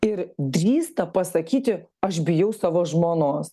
ir drįsta pasakyti aš bijau savo žmonos